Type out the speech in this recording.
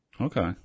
Okay